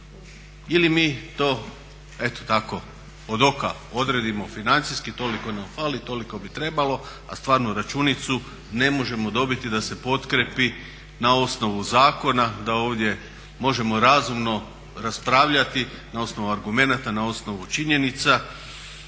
eto tako od oka odredimo financijski toliko nam fali, toliko bi trebalo a stvarnu računicu ne možemo dobiti da se potkrijepi na osnovu zakona da ovdje možemo razumno raspravljati na osnovu argumenata, na osnovu činjenica